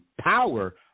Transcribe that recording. power